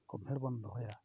ᱜᱳᱢᱦᱮᱲ ᱵᱚᱱ ᱫᱚᱦᱚᱭᱟ